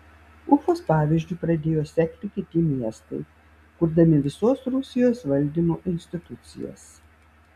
ufos pavyzdžiu pradėjo sekti kiti miestai kurdami visos rusijos valdymo institucijas